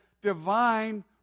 divine